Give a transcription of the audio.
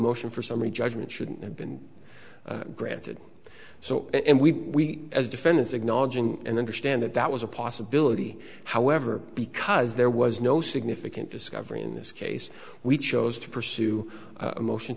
motion for summary judgment shouldn't have been granted so and we as defendants acknowledging and understand that that was a possibility however because there was no significant discovery in this case we chose to pursue a motion